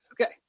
Okay